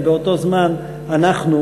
ובאותו זמן אנחנו,